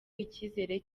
icyizere